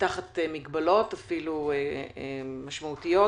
תחת מגבלות, אפילו משמעותיות.